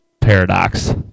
Paradox